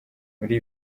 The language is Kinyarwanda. muri